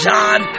John